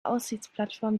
aussichtsplattform